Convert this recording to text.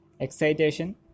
excitation